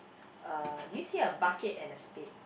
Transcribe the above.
uh do you see a bucket and a spade